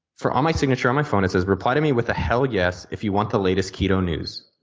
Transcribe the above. for all my signature on my phone it says reply to me with a hell yes if you want the latest keto news.